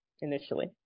initially